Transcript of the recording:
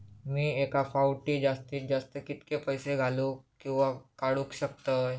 मी एका फाउटी जास्तीत जास्त कितके पैसे घालूक किवा काडूक शकतय?